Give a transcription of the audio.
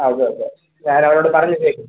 ആ okay okay ഞാൻ അവനോടു പറഞ്ഞ് വെച്ചേക്കാം